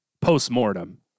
post-mortem